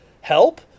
help